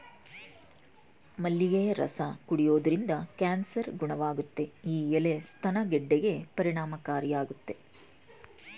ಮಲ್ಲಿಗೆಯ ರಸ ಕುಡಿಯೋದ್ರಿಂದ ಕ್ಯಾನ್ಸರ್ ಗುಣವಾಗುತ್ತೆ ಈ ಎಲೆ ಸ್ತನ ಗೆಡ್ಡೆಗೆ ಪರಿಣಾಮಕಾರಿಯಾಗಯ್ತೆ